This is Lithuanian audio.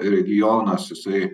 regionas jisai